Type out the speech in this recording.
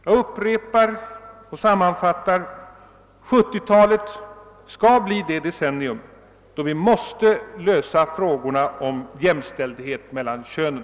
Jag upprepar och sammanfattar: 1970 talet skall bli det decennium då vi måste lösa frågan om jämställdhet mellan könen.